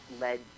led